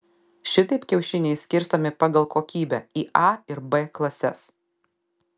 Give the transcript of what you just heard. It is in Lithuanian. šitaip kiaušiniai skirstomi pagal kokybę į a ir b klases